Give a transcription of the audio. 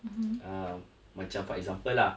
um macam for example lah